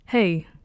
Hey